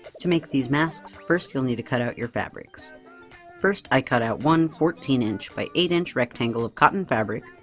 to make these masks, first you'll need to cut out your fabrics first i cut out one fourteen inch by eight inch rectangle of cotton fabric.